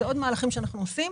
אלה עוד מהלכים שאנחנו עושים.